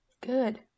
Good